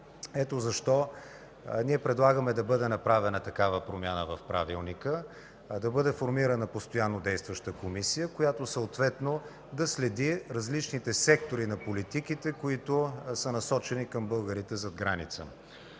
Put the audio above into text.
Ето защо ние предлагаме да бъде направена такава промяна в Правилника – да бъде формирана постоянно действаща комисия, която да следи различните сектори на политиките, които са насочени към българите зад граница.